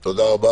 תודה.